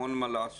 המון מה לעשות.